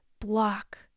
block